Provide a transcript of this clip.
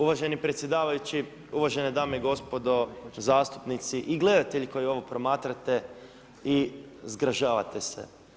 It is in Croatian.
Uvaženi predsjedavajući, uvažene dame i gospodo zastupnici i gledatelji koji ovo promatrate i zgražavate se.